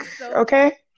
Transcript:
okay